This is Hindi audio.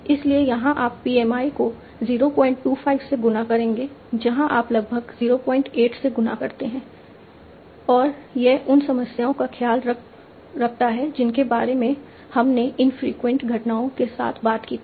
इसलिए यहां आप PMI को 025 से गुणा करेंगे यहां आप लगभग 08 से गुणा करते हैं और यह उन समस्याओं का ख्याल रखता है जिनके बारे में हमने इनफ्रीक्वेंट घटनाओं के साथ बात की थी